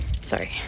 Sorry